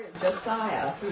Josiah